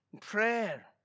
prayer